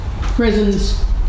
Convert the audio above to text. Prisons